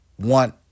want